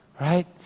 right